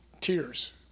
tears